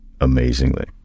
amazingly